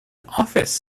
office